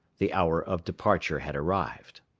the hour of departure had arrived.